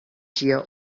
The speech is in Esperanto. ĝia